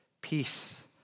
peace